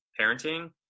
parenting